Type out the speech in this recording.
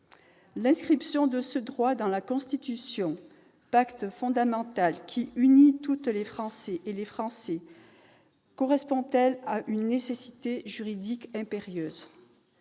L'inscription de ce droit dans la Constitution, pacte fondamental qui unit toutes les Françaises et tous les Français, correspond-elle à une nécessité juridique impérieuse ?